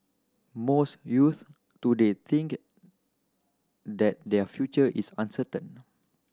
most youth today think that their future is uncertain